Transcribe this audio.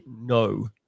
no